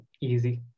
easy